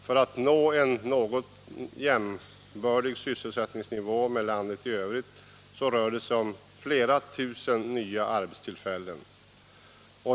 För att man skall nå en sysselsättningsnivå som är jämbördig med nivån i landet i övrigt, rör det sig om flera tusen nya arbetstillfällen.